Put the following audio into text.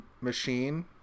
machine